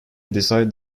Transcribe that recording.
decided